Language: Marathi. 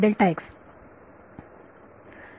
1 नाही